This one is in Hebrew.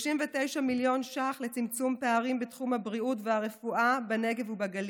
39 מיליון ש"ח לצמצום פערים בתחום הבריאות והרפואה בנגב ובגליל,